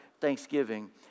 Thanksgiving